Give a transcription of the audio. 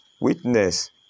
witness